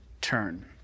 turn